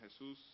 Jesús